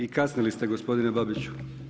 I kasnili ste gospodine Babiću.